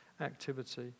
activity